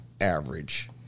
average